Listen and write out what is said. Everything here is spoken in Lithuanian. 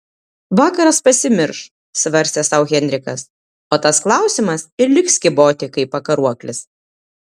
vakaras pasimirš svarstė sau henrikas o tas klausimas ir liks kyboti kaip pakaruoklis